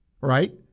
right